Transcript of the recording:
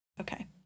Okay